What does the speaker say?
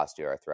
osteoarthritis